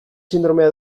sindromea